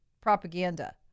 propaganda